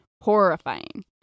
Horrifying